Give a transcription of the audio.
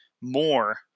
more